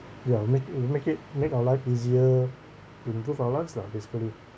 ya will make it will make it make our life easier to improve our lives lah basically